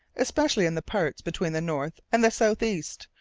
especially in the parts between the north and the south-east,